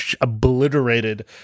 obliterated